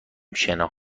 شنا